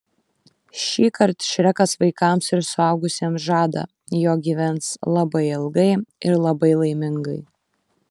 šįkart šrekas vaikams ir suaugusiems žada jog gyvens labai ilgai ir labai laimingai